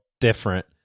different